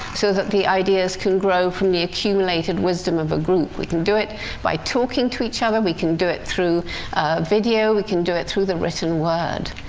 so that the ideas can grow from the accumulated wisdom of a group. we can do it by talking to each other we can do it through video we can do it through the written word.